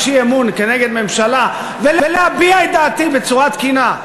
אי-אמון כנגד ממשלה ולהביע את דעתי בצורה תקינה.